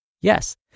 Yes